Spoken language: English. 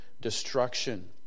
destruction